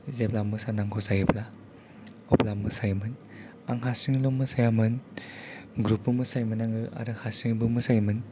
जेब्ला मोसानांगौ जायोब्ला अब्ला मोसायोमोन आं हारसिंल' मोसायामोन ग्रुप बो मोसायोमोन आङो आरो हारसिंबो मोसायोमोन